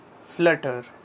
Flutter